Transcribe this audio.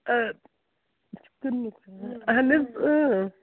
آ اَہَن حظ